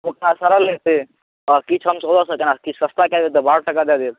ओकरा सड़ल होयतै आ किछु हम सेहो सँ अहाँ किछु सस्ता कए देब तऽ बारह टका दए देब